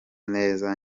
neza